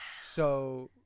So-